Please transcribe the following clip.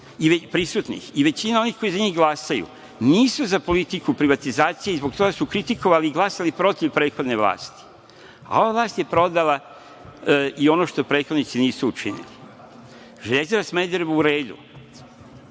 i većina onih koji za njih glasaju nisu za politiku privatizacije i zbog toga su kritikovali i glasali protiv prethodne vlasti, a ova vlast je prodala i ono što prethodnici nisu učinili. „Železara Smederevo“ u redu,